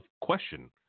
question